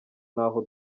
n’aho